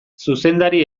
zuzendari